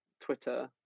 Twitter